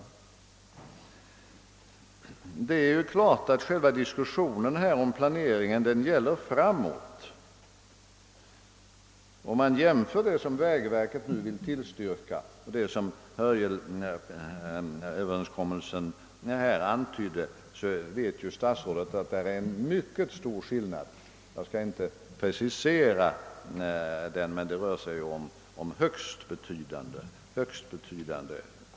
Om vi jämför den planering som vägverket nu vill tillstyrka och den som Hörjelöverenskommelsen antydde finner vi en mycket stor skillnad — jag skall inte försöka precisera den, men det rör sig om högst betydande kostnadsdifferenser.